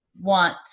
want